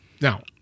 now